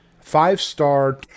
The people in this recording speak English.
five-star